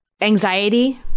anxiety